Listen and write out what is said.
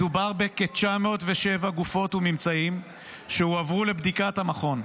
מדובר בכ-907 גופות וממצאים שהועברו לבדיקת המכון,